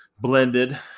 blended